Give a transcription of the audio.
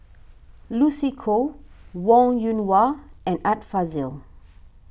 Lucy Koh Wong Yoon Wah and Art Fazil